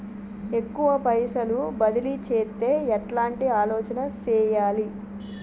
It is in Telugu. ఎక్కువ పైసలు బదిలీ చేత్తే ఎట్లాంటి ఆలోచన సేయాలి?